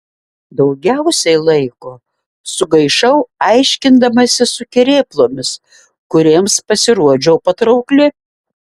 daugiausiai laiko sugaišau aiškindamasi su kerėplomis kuriems pasirodžiau patraukli